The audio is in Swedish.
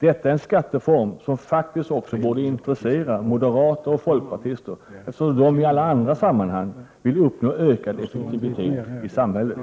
Detta är en skatteform som faktiskt också borde intressera moderater och folkpartister, eftersom de i alla andra sammanhang vill uppnå ökad effektivitet i samhället.